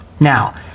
Now